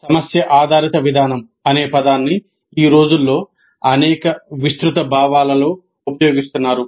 'సమస్య ఆధారిత విధానం' అనే పదాన్ని ఈ రోజుల్లో అనేక విస్తృత భావాలలో ఉపయోగిస్తున్నారు